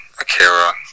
Akira